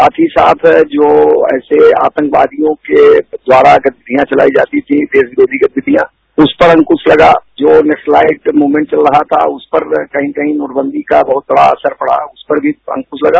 साथ ही साथ जो ऐसे आतंकवादियों के द्वारा गतिविधियां चलाई जाती थी देश विरोधी गतिविधियां उस पर अंकुरा ल गा जो नक्सलाइज मूवमेंट चल रहा था उस पर कही कही नोटबंदी का बहुत बड़ा असर पड़ा उस पर भी अंक्रा लगा